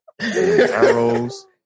Arrows